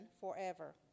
forever